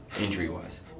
injury-wise